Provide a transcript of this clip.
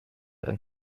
and